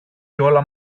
κιόλα